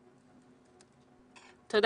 תודה.